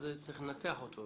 אז צריך לנתח אותו,